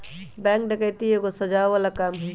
bank डकैती एगो सजाओ बला काम हई